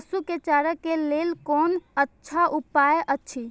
पशु के चारा के लेल कोन अच्छा उपाय अछि?